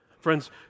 Friends